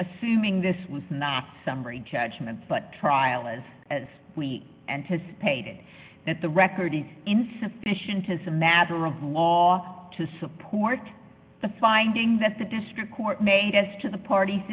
assuming this was not summary judgment but trial as we anticipated that the record is insufficient as a matter of law to support the finding that the district court may as to the part